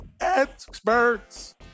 experts